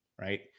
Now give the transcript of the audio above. right